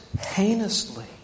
heinously